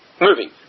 moving